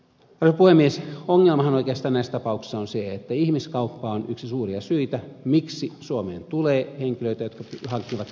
ongelmahan oikeastaan näissä tapauksissa on se että ihmiskauppa on yksi suuria syitä miksi suomeen tulee henkilöitä jotka hakevat turvapaikkaa